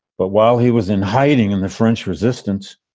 but while he was in hiding in the french resistance.